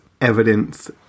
evidence